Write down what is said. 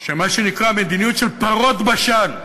של מה שנקרא מדיניות של פרות בשן,